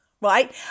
right